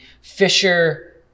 Fisher